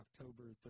October